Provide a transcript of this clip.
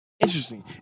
Interesting